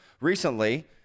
Recently